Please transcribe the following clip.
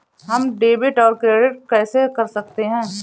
हम डेबिटऔर क्रेडिट कैसे कर सकते हैं?